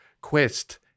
quest